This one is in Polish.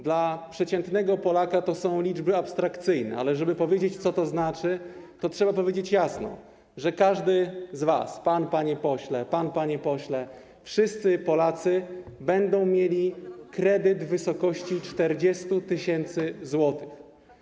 Dla przeciętnego Polaka to są liczby abstrakcyjne, ale żeby powiedzieć, co to znaczy, to trzeba powiedzieć jasno, że każdy z was: pan, panie pośle, pan, panie pośle, wszyscy Polacy będą mieli kredyt w wysokości 40 tys. zł.